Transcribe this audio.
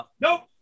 Nope